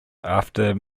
after